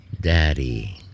Daddy